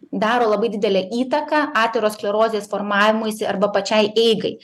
daro labai didelę įtaką aterosklerozės formavimuisi arba pačiai eigai